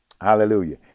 hallelujah